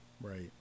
Right